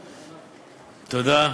תודה.